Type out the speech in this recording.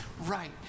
right